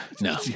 No